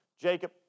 Jacob